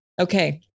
Okay